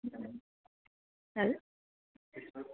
hello